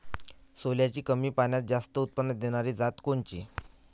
सोल्याची कमी पान्यात जास्त उत्पन्न देनारी जात कोनची?